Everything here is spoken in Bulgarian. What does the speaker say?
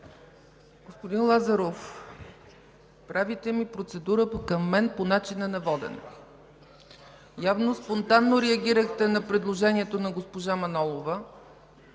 Господин Лазаров, правите процедура към мен по начина на водене. Явно спонтанно реагирахте на предложението на госпожа Манолова